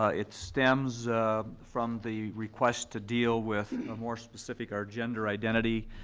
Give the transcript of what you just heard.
ah it stems from the request to deal with a more specific or gender identity,